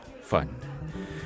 fun